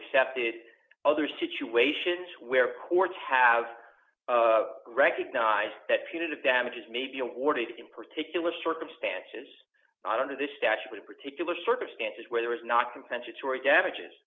accepted other situations where courts have recognized that punitive damages may be awarded in particular circumstances under this statute in particular circumstances where there is not compensatory damages